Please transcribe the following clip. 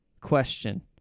question